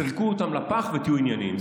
זרקו אותם לפח ותהיו ענייניים.